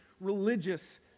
religious